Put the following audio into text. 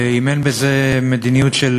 אם אין בזה מדיניות של